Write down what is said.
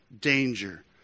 danger